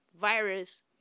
virus